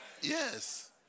Yes